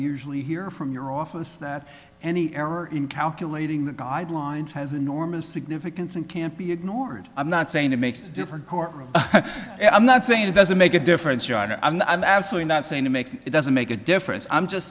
usually hear from your office that any error in calculating the guidelines has enormous significance and can't be ignored i'm not saying it makes a different courtroom i'm not saying it doesn't make a difference i'm absolutely not saying to make it doesn't make a difference i'm just